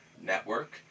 Network